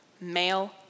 male